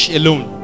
alone